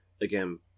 Again